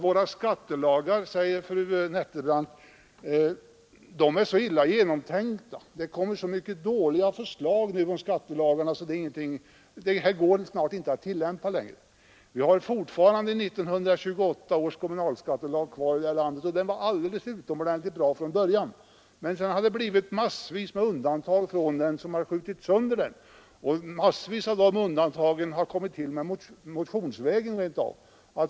Våra skattelagar, säger fru Nettelbrandt, är så illa genomtänkta — det kommer så mycket dåliga förslag nu om skattelagarna att det här går snart inte att tillämpa längre. Ja, vi har fortfarande 1928 års kommunalskattelag kvar i det här landet, och den var alldeles utomordentligt bra från början, men sedan har det blivit massvis med undantag från den, så att den skjutits sönder. Och mängder av de undantagen har kommit till motionsvägen rentav.